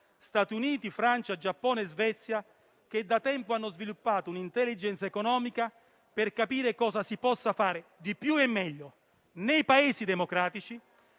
Stati Uniti, Francia, Giappone, Svezia, che da tempo hanno sviluppato una *intelligence* economica, per capire cosa si possa fare, di più e meglio, nei Paesi democratici,